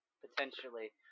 potentially